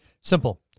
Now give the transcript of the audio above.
Simple